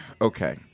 Okay